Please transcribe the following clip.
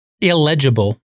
illegible